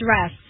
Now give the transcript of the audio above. dress